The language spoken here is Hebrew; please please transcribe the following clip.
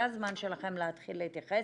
זה הזמן שלכם להתחיל להתייחס,